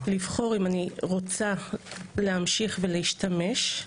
לבחור אם אני רוצה להמשיך ולהשתמש,